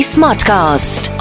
Smartcast